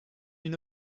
une